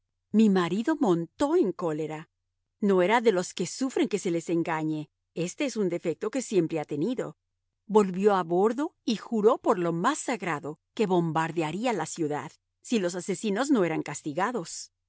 mi marido montó en cólera no era de los que sufren que se les engañe éste es un defecto que siempre ha tenido volvió a bordo y juró por lo más sagrado que bombardearía la ciudad si los asesinos no eran castigados